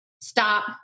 stop